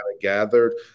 gathered